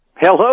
hello